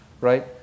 right